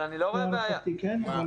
להערכתי כן --- רגע,